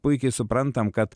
puikiai suprantam kad